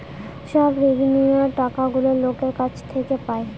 সব রেভিন্যুয়র টাকাগুলো লোকের কাছ থেকে পায়